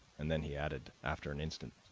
and then he added, after an instant,